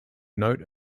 note